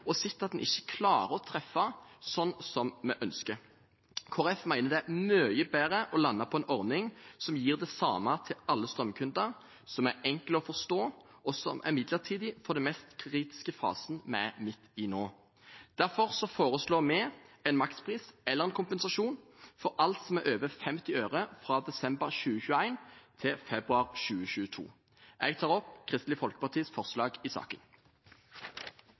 og sett at en ikke klarer å treffe slik man ønsker. Kristelig Folkeparti mener det er mye bedre å lande på en ordning som gir det samme til alle strømkunder, som er enkel å forstå, og som er midlertidig for den mest kritiske fasen som vi er midt i nå. Derfor foreslår vi en makspris eller en kompensasjon for alt som er over 50 øre, fra desember 2021 til februar 2022. Jeg tar opp Kristelig Folkepartis forslag i saken.